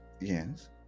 Yes